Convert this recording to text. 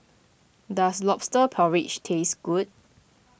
does Lobster Porridge taste good